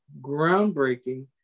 groundbreaking